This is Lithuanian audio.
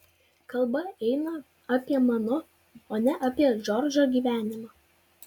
kalba eina apie mano o ne apie džordžo gyvenimą